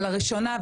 אבל הראשונה,